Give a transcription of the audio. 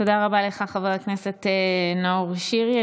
תודה רבה לך, חבר הכנסת נאור שירי.